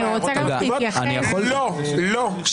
אני רוצה שתתייחס -- לא, לא.